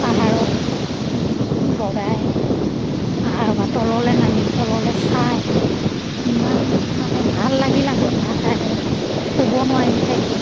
পাহাৰত বগাই পাহাৰৰপৰা তললৈ নামি তললৈ চাই ইমান মানে ভাল লাগিল আমি ভাষাৰে ক'ব নোৱাৰিম চাগৈ